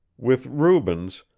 with rubens,